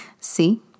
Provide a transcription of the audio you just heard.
See